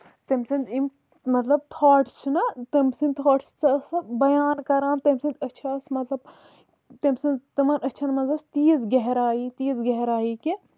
تٔمۍ سٔندۍ یِم مطلب تھوٹٔس چھِنا تٔمۍ سٔندۍ تھوٹٔس تہِ ٲس سۄ بَیان کران تٔمۍ سٔنز أچھ آسہٕ مطلب تٔمۍ سٔنز تِمَن أچھَن منٛز ٲسۍ تیٖژ گہرایی تیٖژ گہرایی کہِ